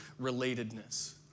relatedness